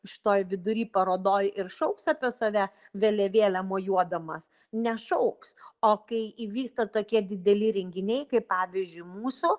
šitoj vidury parodoj ir šauks apie save vėliavėle mojuodamas nešauks o kai įvyksta tokie dideli renginiai kaip pavyzdžiui mūsų